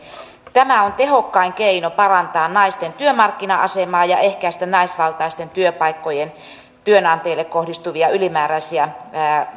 tämä on tehokkain keino parantaa naisten työmarkkina asemaa ja ehkäistä naisvaltaisten työpaikkojen työnantajille kohdistuvia ylimääräisiä